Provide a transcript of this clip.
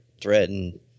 threatened